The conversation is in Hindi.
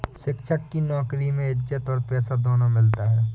शिक्षक की नौकरी में इज्जत और पैसा दोनों मिलता है